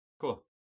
Cool